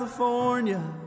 California